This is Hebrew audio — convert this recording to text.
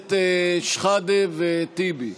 הכנסת שחאדה וטיבי.